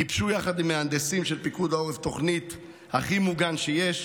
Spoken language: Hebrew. הם גיבשו יחד עם מהנדסים של פיקוד העורף את תוכנית "הכי מוגן שיש",